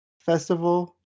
festival